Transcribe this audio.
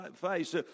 face